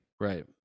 Right